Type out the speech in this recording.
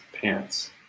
pants